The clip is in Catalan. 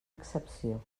excepció